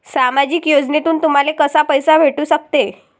सामाजिक योजनेतून तुम्हाले कसा पैसा भेटू सकते?